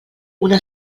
una